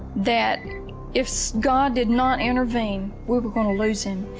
that if so god did not intervene we were going to lose him.